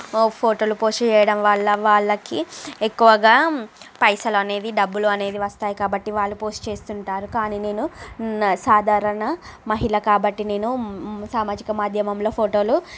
ఫోటోలు పోస్ట్ చేయడం వల్ల వాళ్ళకి ఎక్కువగా పైసలు అనేవి డబ్బులు అనేవి వస్తాయి కాబట్టి వాళ్ళు పోస్ట్ చేస్తుంటారు కానీ నేను సాధారణ మహిళ కాబట్టి నేను సామాజిక మాధ్యమంలో ఫోటోలు